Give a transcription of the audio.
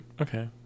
Okay